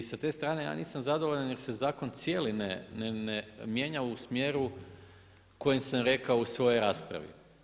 I sa te strane ja nisam zadovoljan jer se zakon cijeli ne mijenja u smjeru kojem sam rekao u svojoj raspravi.